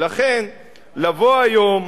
ולכן, לבוא היום,